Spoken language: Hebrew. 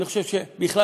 אני חושב שבכלל,